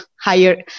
higher